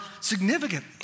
significant